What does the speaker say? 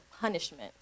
punishment